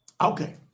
Okay